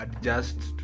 adjust